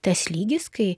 tas lygis kai